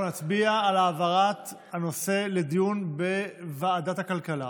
נצביע על העברת הנושא לדיון בוועדת הכלכלה.